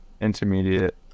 intermediate